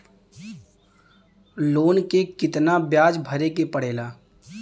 Loan के कितना ब्याज भरे के पड़े ला?